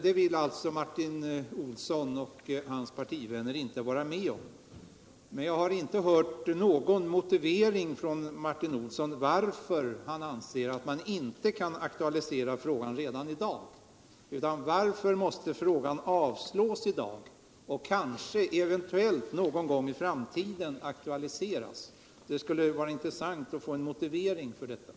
Detta vill nu inte Martin Olsson och hans partivänner vara med om. Men jag har inte hört någon motivering från Martin Olsson varför han anser att man inte kan aktualisera frågan redan i dag. Varför måste den avslutas De mindre och nu och kanske, eventuellt, någon gång i framtiden aktualiseras? medelstora Det skulle vara intressant att få höra en motivering för detta.